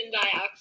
dioxide